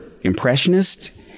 impressionist